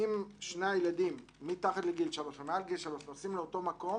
שאם שני הילדים שהם מתחת גיל 3 ומעל גיל 3 נוסעים לאותו מקום,